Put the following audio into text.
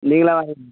நீங்களா வரி